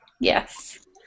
Yes